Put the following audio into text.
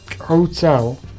Hotel